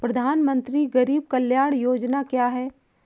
प्रधानमंत्री गरीब कल्याण योजना क्या है?